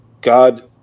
God